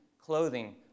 clothing